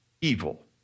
Evil